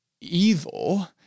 evil